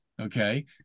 Okay